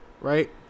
right